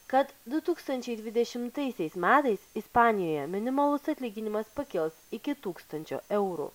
kad du tūkstančiai dvidešimtaisiais metais ispanijoje minimalus atlyginimas pakils iki tūkstančio eurų